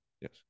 Yes